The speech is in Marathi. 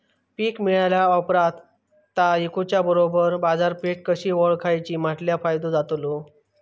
पीक मिळाल्या ऑप्रात ता इकुच्या बरोबर बाजारपेठ कशी ओळखाची म्हटल्या फायदो जातलो?